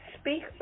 speak